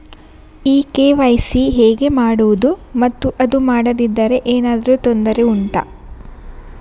ಈ ಕೆ.ವೈ.ಸಿ ಹೇಗೆ ಮಾಡುವುದು ಮತ್ತು ಅದು ಮಾಡದಿದ್ದರೆ ಏನಾದರೂ ತೊಂದರೆ ಉಂಟಾ